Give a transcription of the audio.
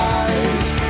eyes